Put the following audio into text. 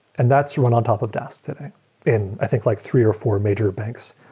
and that's run on top of dask today in i think like three or four major banks.